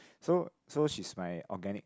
so so she's my organic